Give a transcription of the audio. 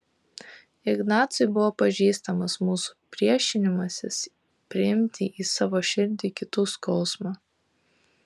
ignacui buvo pažįstamas mūsų priešinimasis priimti į savo širdį kitų skausmą